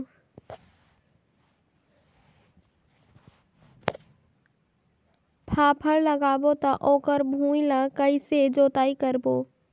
फाफण लगाबो ता ओकर भुईं ला कइसे जोताई करबो?